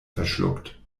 verschluckt